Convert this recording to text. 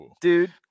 dude